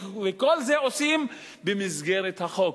ואת כל זה עושים במסגרת החוק,